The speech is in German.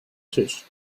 tisch